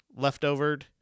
leftovered